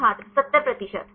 छात्र 70 प्रतिशत